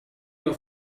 your